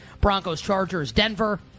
Broncos-Chargers-Denver